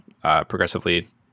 progressively